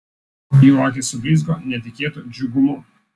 abiejų akys sublizgo netikėtu džiugumu